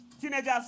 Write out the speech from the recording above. Teenagers